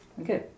Okay